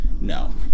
no